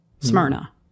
Smyrna